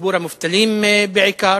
ציבור המובטלים בעיקר,